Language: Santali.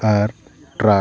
ᱟᱨ ᱴᱨᱟᱠ